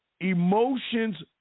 emotions